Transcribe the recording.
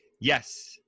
yes